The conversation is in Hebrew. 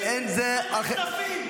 אבל אין זה -- מעגלי ריקודים בשעה